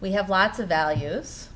we have lots of values